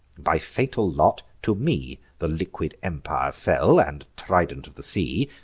by fatal lot to me the liquid empire fell, and trident of the sea.